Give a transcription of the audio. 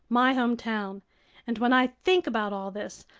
my hometown and when i think about all this,